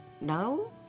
No